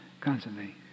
constantly